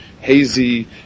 hazy